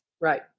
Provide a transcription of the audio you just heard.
Right